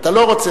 שאתה לא רוצה.